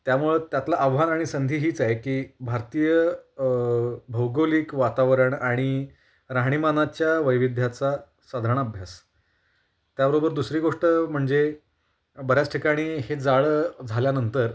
त्यामुळं त्यातलं आव्हान आणि संधी हीच आहे की भारतीय भौगोलिक वातावरण आणि राहणीमानाच्या वैविध्याचा साधारण अभ्यास त्याबरोबर दुसरी गोष्ट म्हणजे बऱ्याच ठिकाणी हे जाळं झाल्यानंतर